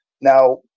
Now